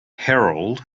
herald